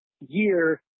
year